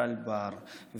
טל בר,